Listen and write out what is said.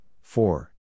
four